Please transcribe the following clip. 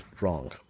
wrong